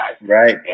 Right